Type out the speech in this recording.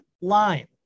line